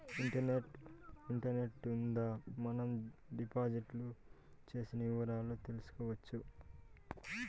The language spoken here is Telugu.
ఇంటర్నెట్ గుండా మనం డిపాజిట్ చేసిన వివరాలు తెలుసుకోవచ్చు